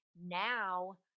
now